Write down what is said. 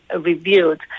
reviewed